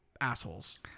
assholes